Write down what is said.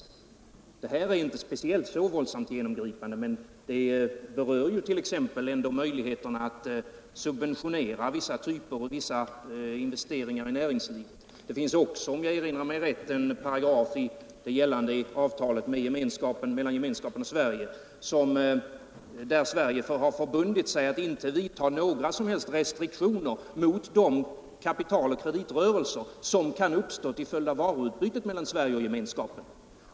Vad det här är fråga om är inte så våldsamt genomgripande, men det berör ändock t.ex. möjligheterna att subventionera vissa typer av investeringar inom näringslivet. Det finns också — om jag minns rätt — en paragraf i det gällande avtalet mellan Gemenskapen och Sverige, där Sverige har förbundit sig att inte tillämpa några som helst restriktioner mot de kapitaloch kreditrörelser som kan uppstå till följd av varuutbytet mellan Sverige och Gemenskapen.